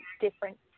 different